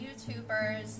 YouTubers